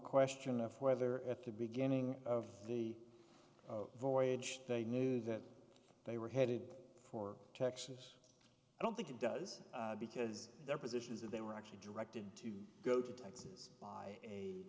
question of whether at the beginning of the voyage they knew that they were headed for texas i don't think it does because their position is that they were actually directed to go to texas by a